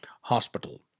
hospital